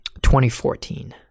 2014